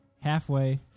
halfway